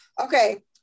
Okay